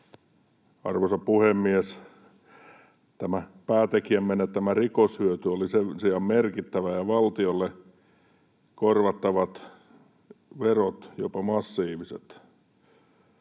Arvoisa puhemies! ”Päätekijän menettämä rikoshyöty oli sen sijaan merkittävä ja valtiolle korvattavat verot jopa massiiviset: